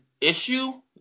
issue